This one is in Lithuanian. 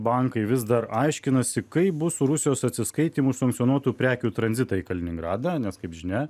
bankai vis dar aiškinasi kaip bus rusijos atsiskaitymų sankcionuotų prekių tranzitai kaliningradą nes kaip žinia